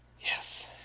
Yes